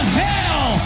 hell